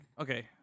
okay